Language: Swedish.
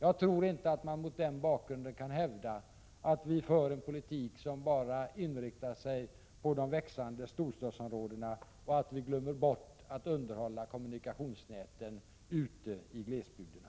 Jag tror inte att man mot den bakgrunden kan hävda att vi för en politik som bara inriktar sig på de växande storstadsområdena och att vi glömmer bort att underhålla kommunikationsnätet ute i glesbygderna.